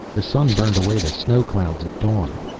the sun burned away the snow clouds at dawn.